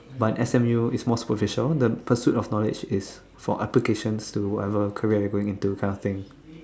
but in S_M_U is more superficial the pursuit of knowledge is for applications to whatever career you're going into that kind of thing